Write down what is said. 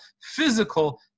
physical